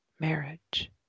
marriage